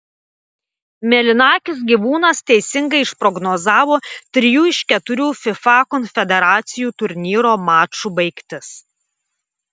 mėlynakis gyvūnas teisingai išprognozavo trijų iš keturių fifa konfederacijų turnyro mačų baigtis